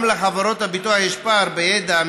גם לחברות הביטוח יש פער בידע,